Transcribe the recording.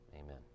Amen